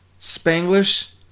Spanglish